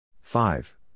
Five